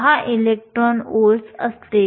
10 electron volts असते